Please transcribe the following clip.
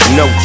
no